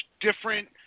different